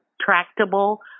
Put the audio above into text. tractable